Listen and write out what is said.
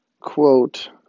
quote